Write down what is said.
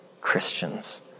Christians